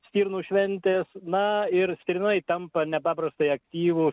stirnų šventės na ir stirnai tampa nepaprastai aktyvūs